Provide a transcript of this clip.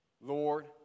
Lord